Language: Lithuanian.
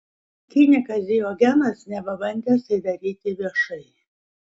kinikas diogenas neva bandęs tai daryti viešai